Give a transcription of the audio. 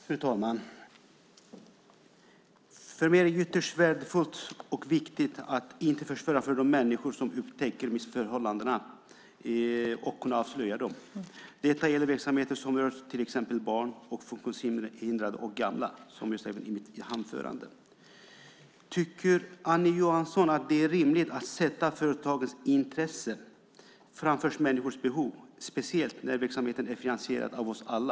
Fru talman! För mig är det ytterst värdefullt och viktigt att inte försvåra för de människor som avslöjar missförhållanden. Detta gäller verksamheter som rör till exempel barn, funktionshindrade och gamla - som jag sade i mitt anförande. Tycker Annie Johansson att det är rimligt att sätta företagets intressen framför människors behov, speciellt när verksamheten är finansierad av oss alla?